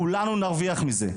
כולנו נרוויח מזה.